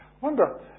wonder